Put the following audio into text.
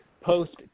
post